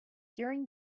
during